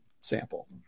sample